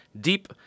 deep